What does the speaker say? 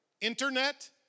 Internet